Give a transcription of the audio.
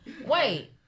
wait